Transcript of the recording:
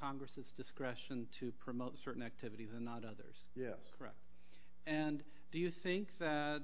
congress's discretion to promote certain activities and not others yes correct and do you think that